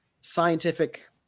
scientific